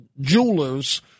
Jewelers